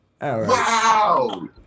Wow